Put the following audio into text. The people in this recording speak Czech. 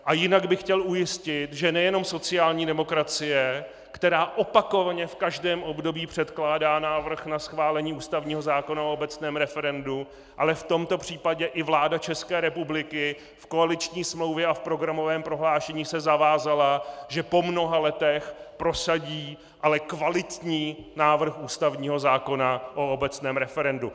A jinak bych chtěl ujistit, že nejenom sociální demokracie, která opakovaně v každém období předkládá návrh na schválení ústavního zákona o obecném referendu, ale v tomto případě i vláda ČR v koaliční smlouvě a v programovém prohlášení se zavázala, že po mnoha letech prosadí ale kvalitní návrh ústavního zákona o obecném referendu.